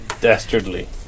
Dastardly